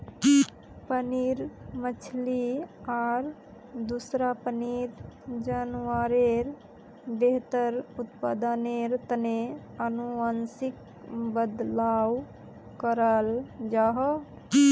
पानीर मछली आर दूसरा पानीर जान्वारेर बेहतर उत्पदानेर तने अनुवांशिक बदलाव कराल जाहा